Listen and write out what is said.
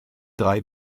drei